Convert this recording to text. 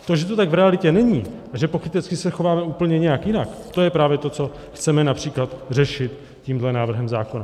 To, že to tak v realitě není a že pokrytecky se chováme úplně nějak jinak, to je právě to, co chceme například řešit tímhle návrhem zákona.